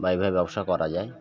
বা এ ভাবে ব্যবসা করা যায়